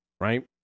right